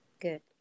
good